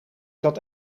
dat